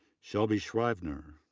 shelby scriver,